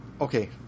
okay